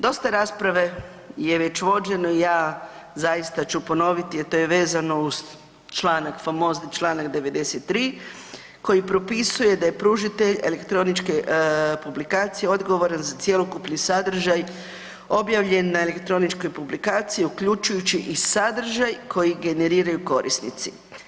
Dosta rasprave je već vođeno i ja zaista ću ponoviti, a to je vezano uz članak, famozni čl. 93 koji propisuje da je pružatelj elektroničke publikacije odgovoran za cjelokupni sadržaj objavljen na elektroničkoj publikaciji, uključujući i sadržaj koji generiraju korisnici.